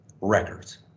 records